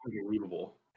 unbelievable